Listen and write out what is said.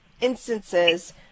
instances